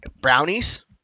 Brownies